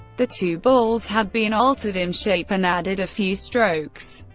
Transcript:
the two bulls had been altered in shape and added a few strokes.